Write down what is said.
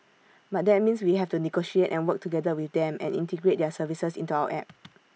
but that means we have to negotiate and work together with them and integrate their services into our app